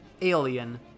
Alien